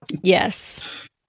Yes